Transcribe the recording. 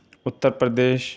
Uttar Pradesh